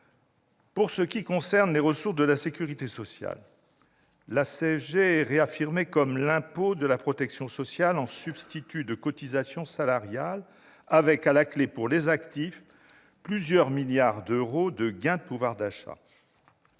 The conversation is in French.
Pour ce qui concerne les ressources de la sécurité sociale, la CSG est réaffirmée comme l'impôt de la protection sociale, en substitut de cotisations salariales, avec, à la clé, pour les actifs, plusieurs milliards d'euros de gains de pouvoir d'achat.